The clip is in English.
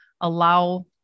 allow